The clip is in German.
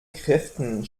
kräften